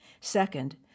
Second